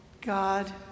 God